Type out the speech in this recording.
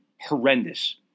horrendous